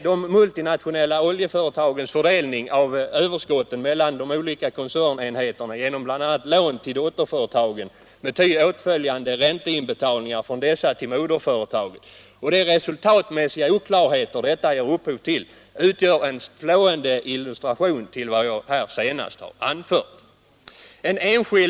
De multinationella oljeföretagens fördelning av överskotten mellan de olika koncernenheterna genom bl.a. lån till dotterföretagen med ty åtföljande ränteinbetalningar från dessa till moderföretaget och de resultatmässiga oklarheter som detta ger upphov till utgör en slående illustration till vad jag här anfört.